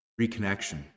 reconnection